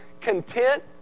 content